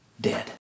dead